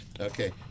Okay